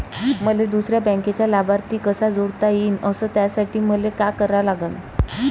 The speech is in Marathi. मले दुसऱ्या बँकेचा लाभार्थी कसा जोडता येईन, अस त्यासाठी मले का करा लागन?